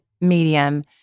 medium